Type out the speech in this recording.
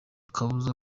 kabuza